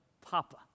Papa